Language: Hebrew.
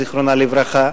זיכרונה לברכה.